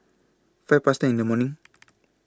five Past ten in The morning